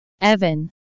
evan